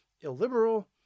illiberal